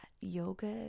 yoga